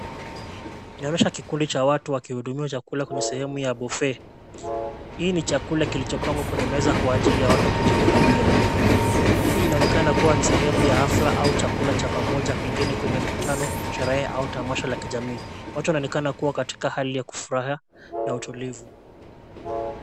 Yaonyesha kikundi cha watu wakihudumiwa chakula kwenye sehemu ya buffet . Hii ni chakula kilichopangwa kwenye meza kwa ajili ya watu kujihudumia. Hii inaonekana kua ni sehemu ya hafla au chakula cha pamoja pengine kwenye mkutano, sherehe au tamasha la kijamii. Watu wanaonekana kua katika hali ya kufurahi na utulivu.